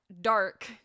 dark